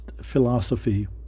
philosophy